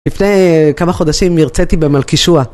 לפני כמה חודשים הרציתי במלכישוע.